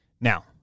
Now